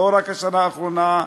לא רק בשנה האחרונה,